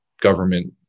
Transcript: government